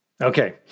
Okay